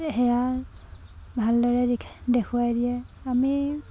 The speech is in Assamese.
সেয়া ভালদৰে দেখুৱাই দিয়ে আমি